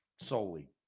solely